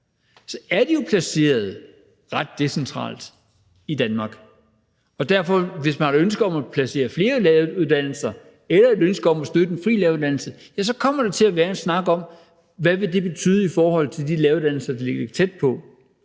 så er de jo placeret ret decentralt i Danmark. Så hvis man har et ønske om at skabe flere læreruddannelser eller har et ønske om at støtte en fri læreruddannelse, vil der derfor komme til at være en snak om, hvad det vil betyde for de læreruddannelser, der ligger tæt på.